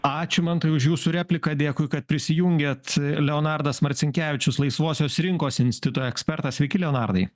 ačiū mantai už jūsų repliką dėkui kad prisijungėt leonardas marcinkevičius laisvosios rinkos institu ekspertas sveiki leonardai